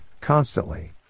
constantly